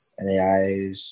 NAIs